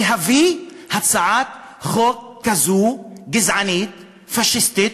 להביא הצעת חוק כזאת גזענית, פאשיסטית,